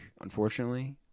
unfortunately